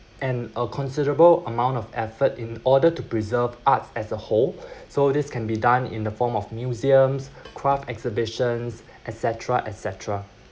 and a considerable amount of effort in order to preserve arts as a whole so this can be done in the form of museums craft exhibitions etc etc